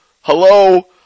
Hello